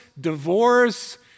divorce